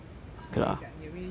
你自己想你有魅力 meh